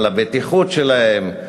על הבטיחות שלהם,